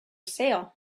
sale